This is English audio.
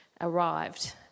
arrived